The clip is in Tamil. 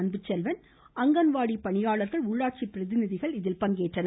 அன்புச்செல்வன் அங்கன்வாடி பணியாளர்கள் உள்ளாட்சி பிரதிநிதிகள் இதில் பங்கேற்றனர்